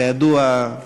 כידוע,